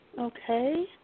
Okay